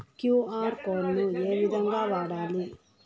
QR code ను ఏ విధంగా వాడాలి?